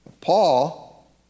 Paul